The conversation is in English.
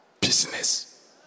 business